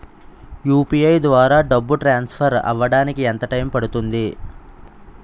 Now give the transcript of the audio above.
UPI ద్వారా డబ్బు transfer అవ్వడానికి ఎంత టైం పడుతుంది?